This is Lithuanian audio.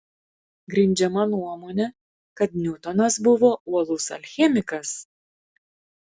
grindžiama nuomone kad niutonas buvo uolus alchemikas